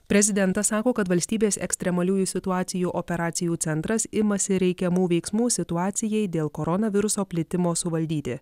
prezidentas sako kad valstybės ekstremaliųjų situacijų operacijų centras imasi reikiamų veiksmų situacijai dėl koronaviruso plitimo suvaldyti